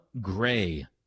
gray